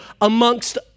amongst